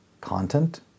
content